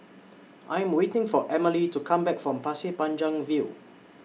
I Am waiting For Emmalee to Come Back from Pasir Panjang View